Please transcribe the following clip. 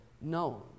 known